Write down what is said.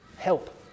help